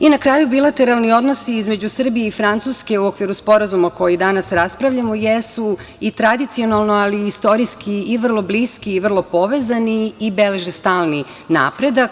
Na kraju, bilateralni odnosi između Srbije i Francuske u okviru sporazuma o kojem danas raspravljamo jesu i tradicionalno, ali i istorijski i vrlo bliski i vrlo povezani i beleže stalni napredak.